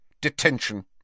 Detention